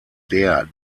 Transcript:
der